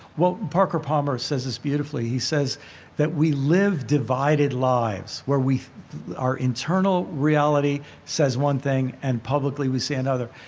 well, parker palmer says this beautifully. he says that we live divided lives where we our internal reality says one thing and publicly we say another.